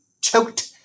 choked